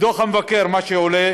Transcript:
מדוח המבקר עולה